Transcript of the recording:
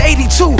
82